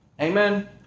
Amen